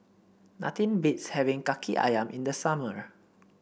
nothing beats having kaki ayam in the summer